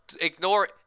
ignore